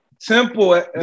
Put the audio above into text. Temple